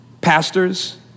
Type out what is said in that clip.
Pastors